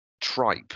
tripe